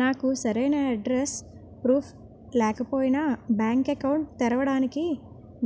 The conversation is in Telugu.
నాకు సరైన అడ్రెస్ ప్రూఫ్ లేకపోయినా బ్యాంక్ అకౌంట్ తెరవడానికి